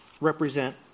represent